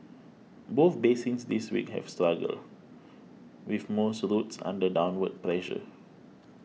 both basins this week have struggled with most routes under downward pressure